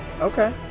Okay